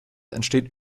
entsteht